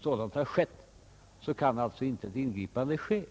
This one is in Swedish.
så är fallet kan inte något ingripande ske.